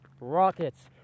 rockets